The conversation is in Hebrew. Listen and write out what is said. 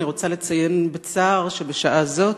אני רוצה לציין בצער שבשעה זאת,